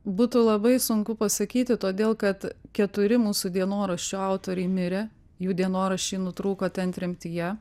būtų labai sunku pasakyti todėl kad keturi mūsų dienoraščių autoriai mirę jų dienoraščiai nutrūko ten tremtyje